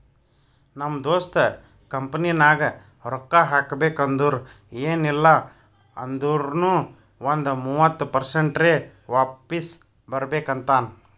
ನಮ್ ದೋಸ್ತ ಕಂಪನಿನಾಗ್ ರೊಕ್ಕಾ ಹಾಕಬೇಕ್ ಅಂದುರ್ ಎನ್ ಇಲ್ಲ ಅಂದೂರ್ನು ಒಂದ್ ಮೂವತ್ತ ಪರ್ಸೆಂಟ್ರೆ ವಾಪಿಸ್ ಬರ್ಬೇಕ ಅಂತಾನ್